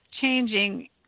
changing